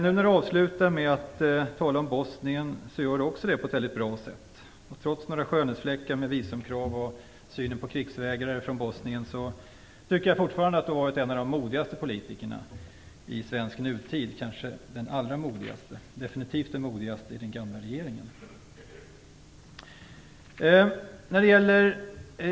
Nu när du avslutar med att tala om Bosnien gör du det också på ett väldigt bra sätt. Trots några skönhetsfläckar i form av visumkrav och synen på krigsvägrare från Bosnien tycker jag fortfarande att du har varit en av de modigaste politikerna i svensk nutid, kanske den allra modigaste och definitivt den modigaste i den gamla regeringen.